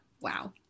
Wow